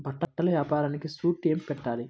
బట్టల వ్యాపారానికి షూరిటీ ఏమి పెట్టాలి?